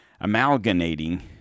amalgamating